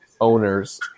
owners